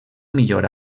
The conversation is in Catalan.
millor